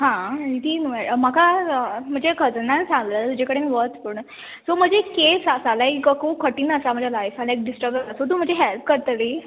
आं आनी तीन वय म्हाका म्हजे कजनान सांगलेले तुजे कडेन वच म्हणून सो म्हजी एक केस आसा लायक खूब कठीण आसा म्हजे लायफान डिशटब जालां सो तूं म्हजी हेल्प करतली